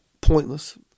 pointless